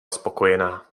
spokojená